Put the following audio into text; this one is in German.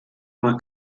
mal